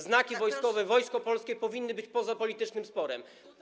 Znaki wojskowe, wojsko polskie powinny być poza politycznym sporem.